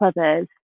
others